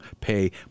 pay